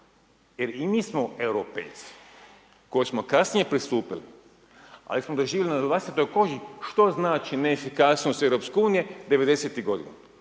jer i mi smo Europejci koji smo kasnije pristupili, ali smo doživjeli na vlastitoj koži što znači neefikasnost EU 90-tih godina,